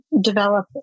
develop